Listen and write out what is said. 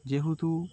যেহেতু